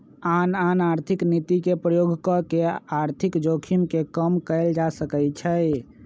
आन आन आर्थिक नीति के प्रयोग कऽ के आर्थिक जोखिम के कम कयल जा सकइ छइ